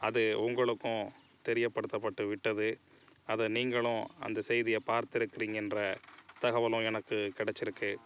அது உங்களுக்கும் தெரியப்படுத்தப்பட்டு விட்டது அதை நீங்களும் அந்த செய்தியை பார்த்திருக்குறீங்கன்ற தகவலும் எனக்கு கிடச்சிருக்கு